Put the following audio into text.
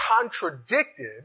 contradicted